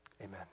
Amen